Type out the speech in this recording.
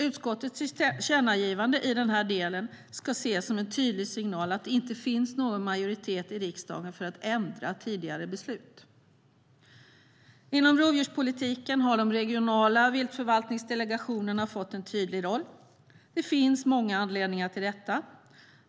Utskottets tillkännagivande i denna del ska ses som en tydlig signal att det inte finns någon majoritet i riksdagen för att ändra tidigare beslut. Inom rovdjurspolitiken har de regionala viltförvaltningsdelegationerna fått en tydlig roll. Det finns många anledningar till det.